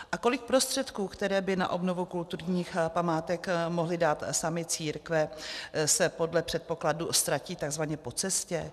A kolik prostředků, které by na obnovu kulturních památek mohly dát sami církve, se podle předpokladu ztratí takzvaně po cestě?